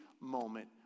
moment